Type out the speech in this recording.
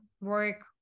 work